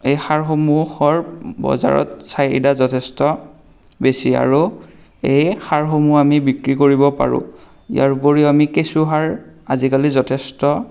এই সাৰসমূহৰ বজাৰত চাহিদা যথেষ্ট বেছি আৰু এই সাৰ সমূহ বিক্ৰী কৰিব পাৰোঁ ইয়াৰোপৰি আমি কেঁচু সাৰ আজিকালি যথেষ্ট